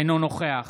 אינו נוכח